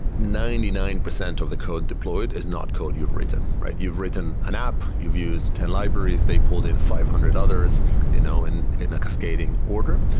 ninety nine percent of the code deployed is not code you've written, right? you've written an app. you've used ten libraries. they pulled in five hundred others you know and in a cascading order.